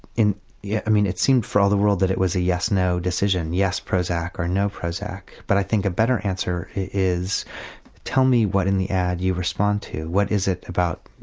yeah i mean it seemed for all the world that it was a yes no decision, yes prozac or no prozac, but i think a better answer is tell me what in the ad you respond to, what is it about